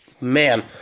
Man